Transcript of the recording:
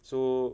so